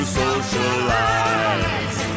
socialize